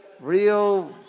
real